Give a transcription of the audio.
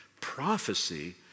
Prophecy